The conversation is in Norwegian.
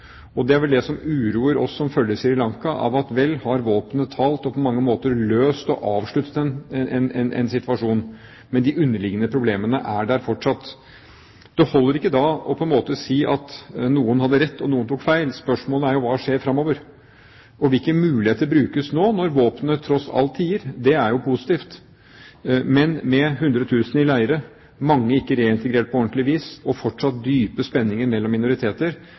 Det er vel det som uroer oss som følger Sri Lanka. Vel har våpnene talt og på mange måter løst og avsluttet en situasjon, men de underliggende problemene er der fortsatt. Det holder ikke da å si at noen hadde rett og noen tok feil. Spørsmålet er: Hva skjer fremover, og hvilke muligheter brukes nå når våpnene tross alt tier? Det er positivt. Men med 100 000 personer i leirer, mange ikke reintegrert på ordentlig vis, og fortsatt dype spenninger mellom minoriteter,